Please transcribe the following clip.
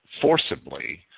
forcibly